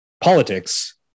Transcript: politics